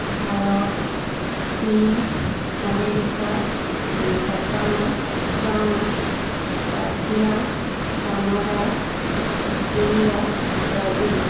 ভাৰত চীন America Japan France Russia Canada Australia Brazil